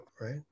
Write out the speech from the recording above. right